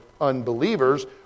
unbelievers